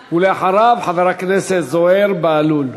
ואחריו, חבר הכנסת זוהיר בהלול.